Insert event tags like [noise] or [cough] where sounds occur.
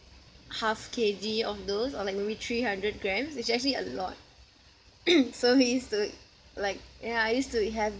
half K_G of those or like maybe three hundred grams it's actually a lot [noise] so we used to like yeah I used to have